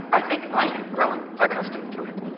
i think i am growing accustomed to it.